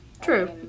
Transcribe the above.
True